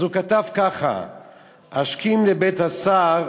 אז הוא כתב ככה: "אשכים לבית השׂר,